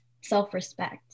self-respect